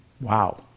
Wow